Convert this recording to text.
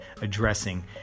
addressing